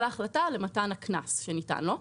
על ההחלטה למתן הקנס שניתן לו.